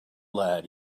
lad